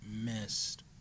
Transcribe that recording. missed